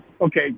Okay